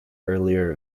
earlier